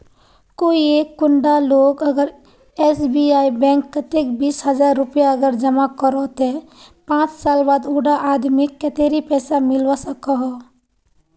कोई एक कुंडा लोग अगर एस.बी.आई बैंक कतेक बीस हजार रुपया अगर जमा करो ते पाँच साल बाद उडा आदमीक कतेरी पैसा मिलवा सकोहो?